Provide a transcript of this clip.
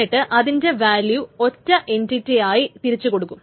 എന്നിട്ട് അതിന്റെ വാല്യൂ ഒറ്റ എൻറ്റിറ്റിയായി തിരിച്ചു കൊടുക്കും